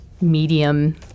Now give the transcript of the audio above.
medium